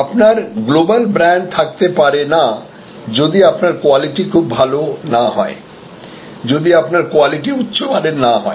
আপনার global brand থাকতে পারে না যদি আপনার কোয়ালিটি খুব ভাল না হয় যদি আপনার কোয়ালিটি উচ্চমানের না হয়